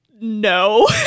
no